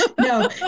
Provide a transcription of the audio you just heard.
No